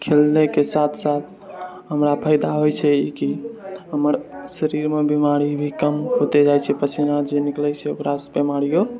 खेलनेके साथ साथ हमरा फायदा होइ छै ई कि हमर शरीरमे बीमारी भी कम होते जाइ छै पसीना जे निकलै छै ओकरासँ बिमारियौ